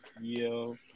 Yo